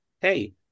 Hey